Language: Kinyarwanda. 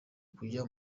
kujya